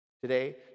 Today